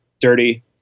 dirty